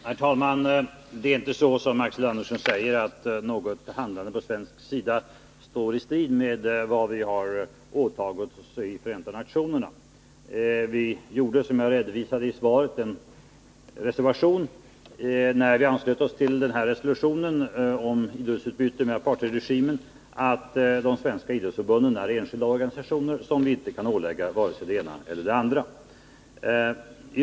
Herr talman! Det är inte så som Axel Andersson säger att handlandet från svensk sida står i strid med vad vi har åtagit oss i Förenta nationerna. Som jag redovisade i svaret gjorde vi den reservationen när vi anslöt oss till resolutionen om idrottsutbyte med apartheidregimen att de svenska idrottsförbunden är enskilda organisationer, som vi inte kan ålägga vare sig det ena eller det andra.